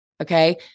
Okay